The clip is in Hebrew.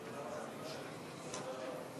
חוק משפחות חיילים שנספו במערכה (תגמולים ושיקום)